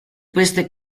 queste